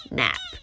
nap